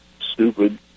stupid